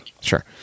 Sure